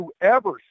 whoever